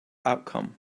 outcome